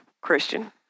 Christian